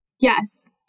Yes